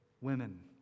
women